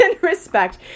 respect